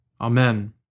Amen